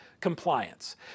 compliance